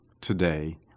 today